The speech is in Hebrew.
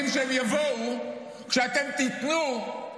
מי יעשה צבא?